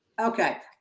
okay,